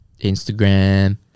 Instagram